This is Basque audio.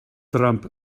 trump